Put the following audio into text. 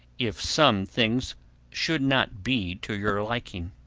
if some things should not be to your liking.